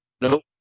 Nope